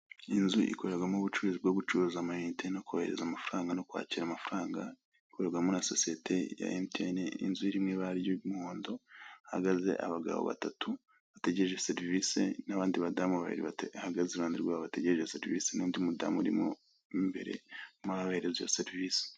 Inzu ikorerwamo ubucuruzi bwo gucuruza amayinite no kohereza amafaranga no kwakira amafaranga, ikorerwamo na sosiyete ya emutiyene, inzu iri mu ibara ry'umuhondo, hahagaze abagabo batatu, bategereje serivise, n'abandi badamu babiri bahagaze iruhande rwabo, bategereje serivise, n'undi mudamu urimo mo imbere, urimo urabahereza serivise.